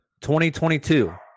2022